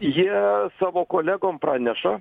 jie savo kolegom praneša